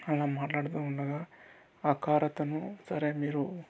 అలా మాట్లాడుతూ ఉండగా ఆ కార్ అతను సరే మీరు